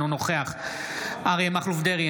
אינו נוכח אריה מכלוף דרעי,